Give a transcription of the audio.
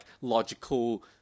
logical